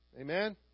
Amen